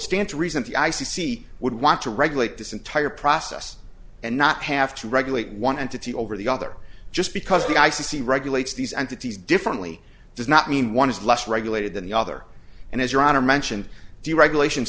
to reason the i c c would want to regulate this entire process and not have to regulate one entity over the other just because the i c c regulates these entities differently does not mean one is less regulated than the other and as your honor mentioned deregulation